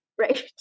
Right